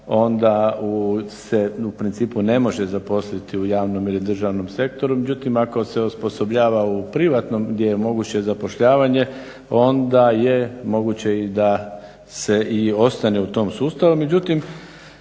onda se u principu ne može zaposliti u javnom ili državnom sektoru, međutim ako se osposobljava u privatnom gdje je moguće zapošljavanje onda je moguće i da se i ostane u tom sustavu.